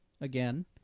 again